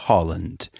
Holland